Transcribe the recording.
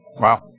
Wow